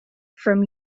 from